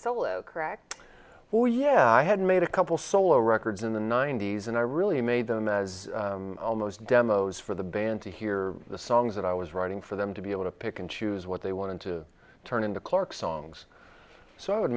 or yeah i had made a couple solo records in the ninety's and i really made them as almost demos for the band to hear the songs that i was writing for them to be able to pick and choose what they wanted to turn into clark's songs so i would